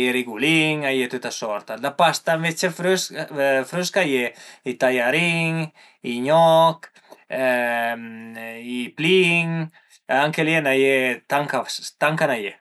i rigulin, a ie dë tüta sorta. D'la pasta ënvece frësca a ie i taiarin, i gnoch, i plin, anche li a i n'a ie, tant ch'a n'a ie